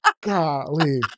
Golly